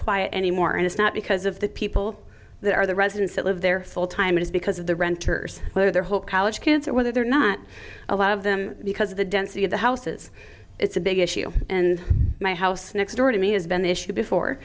quiet anymore and it's not because of the people that are the residents that live there full time it is because of the renters or their whole college kids or whether they're not a lot of them because of the density of the houses it's a big issue and my house next door to me has been issue before